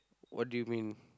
what do you mean